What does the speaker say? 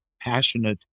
passionate